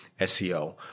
SEO